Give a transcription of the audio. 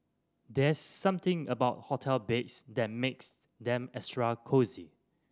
there's something about hotel beds that makes them extra cosy